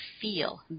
feel